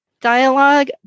dialogue